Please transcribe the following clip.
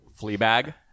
Fleabag